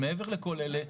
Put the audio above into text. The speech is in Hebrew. מעבר לכל אלה,